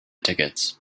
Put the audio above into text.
tickets